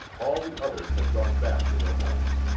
all the others have gone back to their homes.